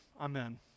Amen